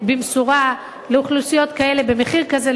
במשורה לאוכלוסיות כאלה במחיר כזה,